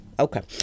Okay